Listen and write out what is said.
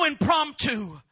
impromptu